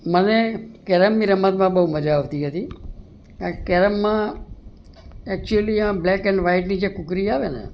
મને કેરમની રમતમાં બહુ મજા આવતી હતી એ કેરમમાં એકચ્યુલિ આ બ્લેક એન્ડ વ્હાઈટની જે કૂકરી આવે ને